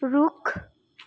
रुख